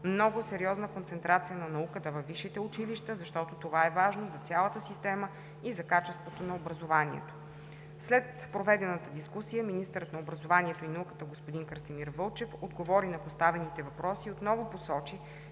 много сериозна концентрация на науката във висшите училища, защото това е важно за цялата система и за качеството на образованието. След проведената дискусия министърът на образованието и науката господин Красимир Вълчев отговори на поставените въпроси и отново посочи,